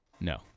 No